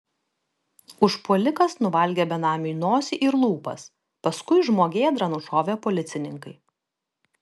užpuolikas nuvalgė benamiui nosį ir lūpas paskui žmogėdrą nušovė policininkai